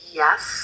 yes